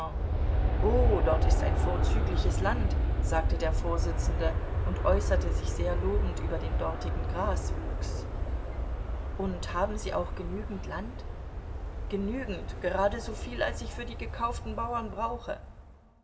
oh dort ist ein vorzügliches land sagte der vorsitzende und äußerte sich sehr lobend über den dortigen graswuchs und haben sie auch genügend land genügend geradesoviel als ich für die gekauften bauern brauche